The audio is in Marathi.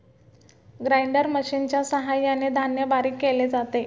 ग्राइंडर मशिनच्या सहाय्याने धान्य बारीक केले जाते